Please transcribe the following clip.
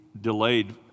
delayed